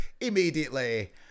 immediately